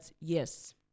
yes